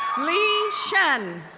li shen,